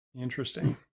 Interesting